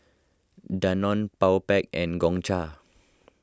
Danone Powerpac and Gongcha